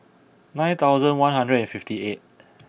nine thousand one hundred and fifty eighth